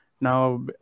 Now